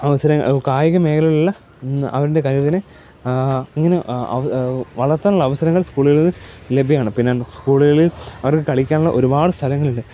കായിക മേഖലകളിലുള്ള അവൻ്റെ കഴിവിനെ ഇങ്ങനെ വളർത്താനുള്ള അവസരങ്ങൾ സ്കൂളുകളിൽ ലഭ്യമാണ് പിന്നെ സ്കൂളുകളിൽ അവർക്ക് കളിക്കാനുള്ള ഒരുപാട് സ്ഥലങ്ങളുണ്ട്